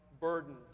burdened